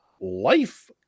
life